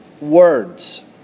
words